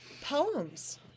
Poems